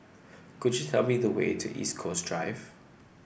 could you tell me the way to East Coast Drive